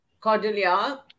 Cordelia